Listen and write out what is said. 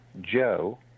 Joe